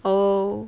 oh